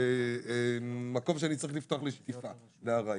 מקום שאני צריך לפתוח לשטיפה בארעי.